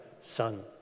son